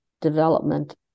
development